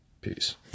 Peace